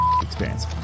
experience